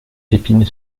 épinay